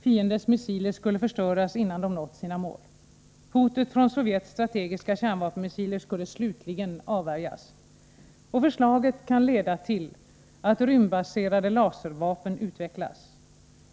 Fiendens missiler skulle förstöras innan de nått sina mål. Hotet från Sovjets strategiska kärnvapenmissiler skulle slutligen avvärjas. Förslaget kan leda till att rymdbaserade laservapen utvecklas.